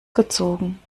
gezogen